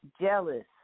jealous